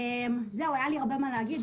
היה לי הרבה מה להגיד,